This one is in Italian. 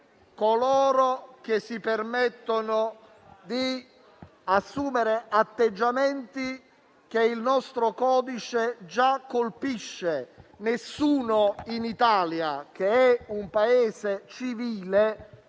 coloro che si permettono di assumere atteggiamenti che il nostro codice già colpisce. Nessuno in Italia, che è un Paese civile,